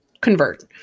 convert